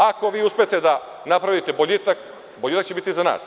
Ako vi uspete da napravite boljitak, boljitak će biti i za nas.